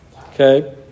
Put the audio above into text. Okay